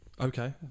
Okay